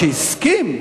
שהסכים,